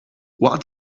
what